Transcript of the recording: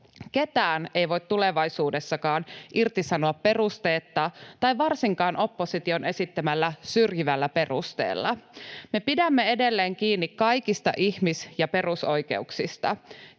Ketään ei voi tulevaisuudessakaan irtisanoa perusteetta tai varsinkaan opposition esittämällä syrjivällä perusteella. Me pidämme edelleen kiinni kaikista ihmis- ja perusoikeuksista.